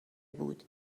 بود